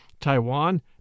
Taiwan